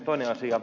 toinen asia